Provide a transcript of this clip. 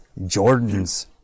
Jordans